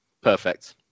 Perfect